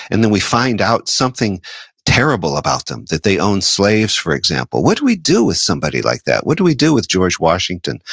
and then we find out something terrible about them, that they owned slaves, for example, what do we do with somebody like that? what do we do with george washington,